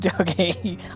okay